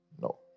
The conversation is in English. No